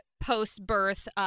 post-birth